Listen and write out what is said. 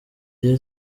iyo